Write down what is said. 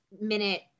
minute